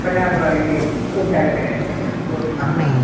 پہلے اب یہ کوڈ ڈائل کریں اس کے اندر کوڈ مانگ رہا